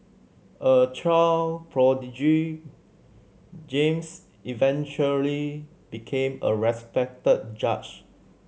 a child prodigy James eventually became a respected judge